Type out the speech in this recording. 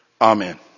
Amen